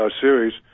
series